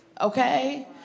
Okay